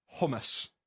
Hummus